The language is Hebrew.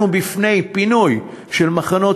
אנחנו לפני פינוי של מחנות